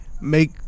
Make